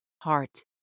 heart